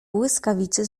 błyskawicy